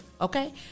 okay